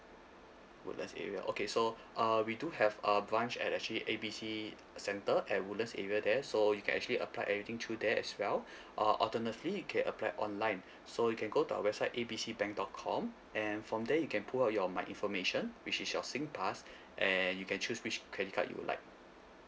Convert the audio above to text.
woodlands area okay so uh we do have a branch at actually A B C center at woodlands area there so you can actually apply everything through there as well uh alternately you can apply online so you can go to our website A B C bank dot com and from there you can pull out your my information which is your SingPass and you can choose which credit card you'll like